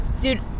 Dude